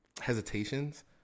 hesitations